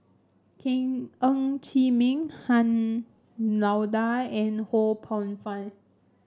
King Ng Chee Meng Han Lao Da and Ho Poh Fun